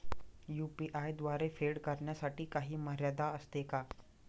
UPI द्वारे फेड करण्यासाठी काही मर्यादा असते का?